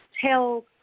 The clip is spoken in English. tell